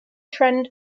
trend